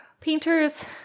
painters